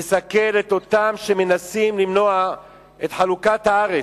לסכל את, אותם שמנסים למנוע את חלוקת הארץ.